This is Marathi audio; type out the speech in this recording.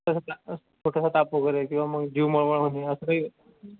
तसं छोटासा ताप वगैरे किंवा मग जीव मळमळ होणे असं काही